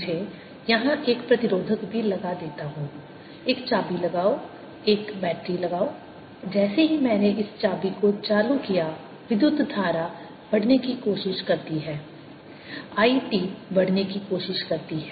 मुझे यहां एक प्रतिरोधक भी लगा देता हूँ एक चाबी लगाओ एक बैटरी लगाओ जैसे ही मैंने इस चाबी को चालू किया विद्युत धारा बढ़ने की कोशिश करती है I t बढ़ने की कोशिश करती है